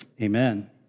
Amen